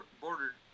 bordered